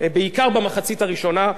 אני שימשתי אז יושב-ראש ועדת הכלכלה,